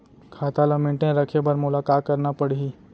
खाता ल मेनटेन रखे बर मोला का करना पड़ही?